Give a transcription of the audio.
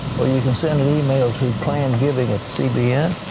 or you can send an e-mail to planned giving at cbn.